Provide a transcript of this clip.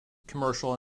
commercial